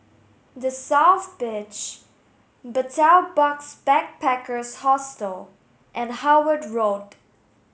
the South Beach Betel Box Backpackers Hostel and Howard Road